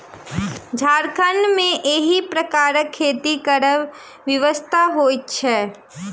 झारखण्ड मे एहि प्रकारक खेती करब विवशता होइत छै